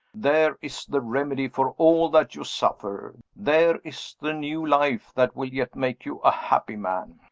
there is the remedy for all that you suffer! there is the new life that will yet make you a happy man!